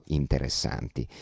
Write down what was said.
interessanti